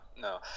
no